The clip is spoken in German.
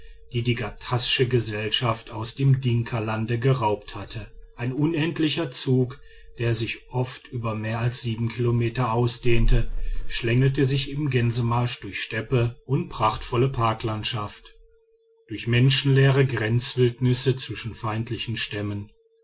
die die ghattassche gesellschaft aus dem dinkalande geraubt hatte ein unendlicher zug der sich oft über mehr als sieben kilometer ausdehnte schlängelte sich im gänsemarsch durch steppe und prachtvolle parklandschaft durch menschenleere grenzwildnisse zwischen feindlichen stämmen